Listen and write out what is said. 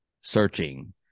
searching